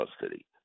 custody